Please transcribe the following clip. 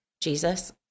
Jesus